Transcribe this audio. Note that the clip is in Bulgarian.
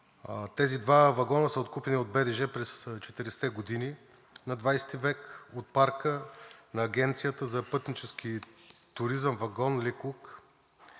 тези два вагона са откупени от БДЖ през 40-те години на 20 век от парка на Агенцията за пътнически туризъм „Вагон Ли Кук“.